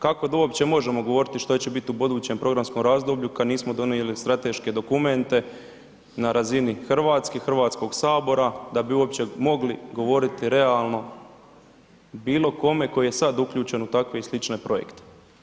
Kako da uopće možemo govoriti što će biti u budućem programskom razdoblju kad nismo donijeli strateške dokumente na razini Hrvatske, Hrvatskoga sabora, da bi uopće mogli govoriti realno bilo kome koji je sad uključen u takve i slične projekte.